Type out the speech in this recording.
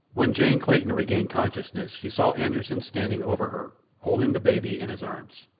when jane clayton regained consciousness she saw anderssen standing over her, holding the baby in his arms.